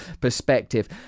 perspective